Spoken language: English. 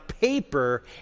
paper